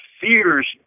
fears